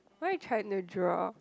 what you trying to draw